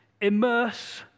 immerse